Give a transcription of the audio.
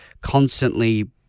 constantly